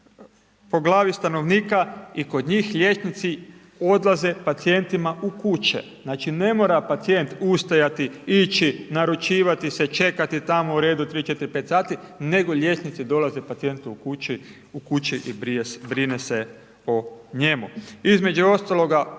po glavi stanovnika i kod njih liječnici odlaze pacijentima u kuće, znači ne mora pacijent ustajati, ići naručivati se, čekati tamo u redu 3, 4, 5 sati nego liječnici dolaze pacijentu u kući i brine se o njemu. Između ostaloga